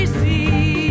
see